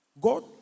God